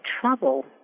trouble